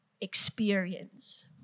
experience